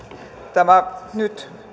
tämä